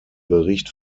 bericht